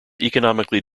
economically